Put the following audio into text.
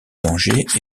dangers